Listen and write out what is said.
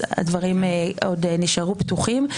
הדברים עוד נשארו פתוחים.